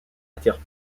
attire